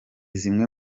zimwe